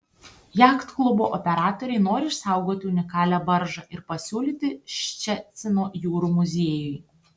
jachtklubo operatoriai nori išsaugoti unikalią baržą ir pasiūlyti ščecino jūrų muziejui